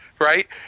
right